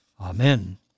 Amen